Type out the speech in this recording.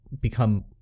become